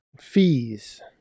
Fees